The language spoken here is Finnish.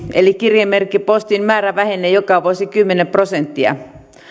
eli kirjemerkkipostin määrä vähenee joka vuosi kymmenen prosenttia